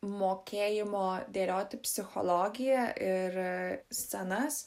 mokėjimo dėlioti psichologiją ir scenas